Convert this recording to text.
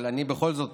אבל אני בכל זאת